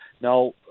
now